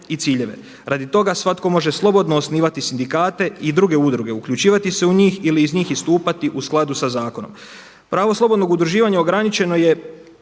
i ciljeve. Radi toga svatko može slobodno osnivati sindikate i druge udruge, uključivati se u njih ili iz njih istupati u skladu sa zakonom. Pravo slobodnog udruživanja ograničeno je